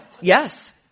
yes